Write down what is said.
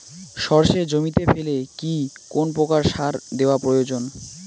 সর্ষে জমিতে ফেলে কি কোন প্রকার সার দেওয়া প্রয়োজন?